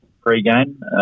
pre-game